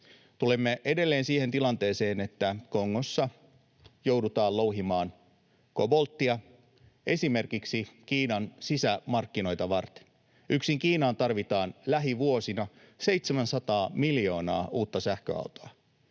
Tulemme edelleen siihen tilanteeseen, että Kongossa joudutaan louhimaan kobolttia esimerkiksi Kiinan sisämarkkinoita varten. Yksin Kiinaan tarvitaan lähivuosina 700 miljoonaa uutta sähköautoa.